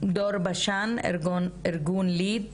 דור בשן "ארגון ליד".